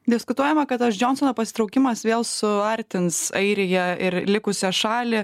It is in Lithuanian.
diskutuojama kad tas džionsono pasitraukimas vėl suartins airiją ir likusią šalį